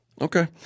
Okay